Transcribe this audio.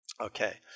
Okay